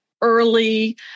early